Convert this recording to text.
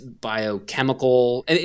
biochemical